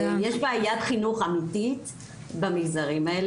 יש בעיית חינוך אמיתית במגזרים האלה